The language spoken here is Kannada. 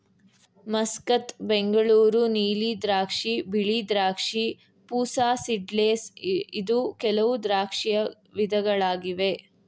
ಮಸ್ಕತ್, ಬೆಂಗಳೂರು ನೀಲಿ ದ್ರಾಕ್ಷಿ, ಬಿಳಿ ದ್ರಾಕ್ಷಿ, ಪೂಸಾ ಸೀಡ್ಲೆಸ್ ಇದು ಕೆಲವು ದ್ರಾಕ್ಷಿಯ ವಿಧಗಳಾಗಿವೆ